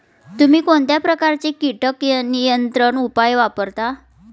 तुम्ही कोणत्या प्रकारचे कीटक नियंत्रण उपाय वापरता?